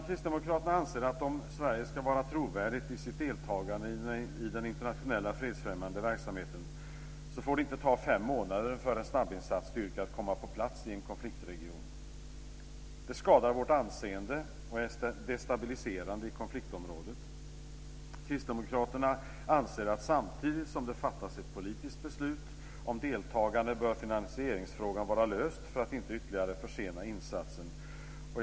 Kristdemokraterna anser att om Sverige ska vara trovärdigt i sitt deltagande i den internationella fredsfrämjande verksamheten får det inte ta fem månader för en snabbinsatsstyrka att komma på plats i en konfliktregion. Det skadar vårt anseende och är destabiliserande i konfliktområdet. Kristdemokraterna anser att samtidigt som man fattar ett politiskt beslut om deltagande bör finansieringsfrågan vara löst för att insatsen inte ska försenas ytterligare.